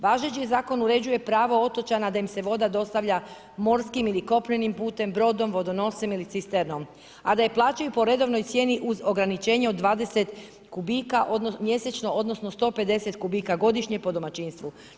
Važeći zakon uređuje pravo otočana da im se voda dostavlja morskim ili kopnenim putem, brodom, vodonoscem ili cisternom a da je plaćaju po redovnoj cijeni uz ograničenja od 20 kubika mjesečno odnosno 150 kubika godišnje po domaćinstvu.